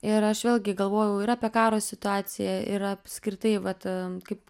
ir aš vėlgi galvojau ir apie karo situaciją ir apskritai vat kaip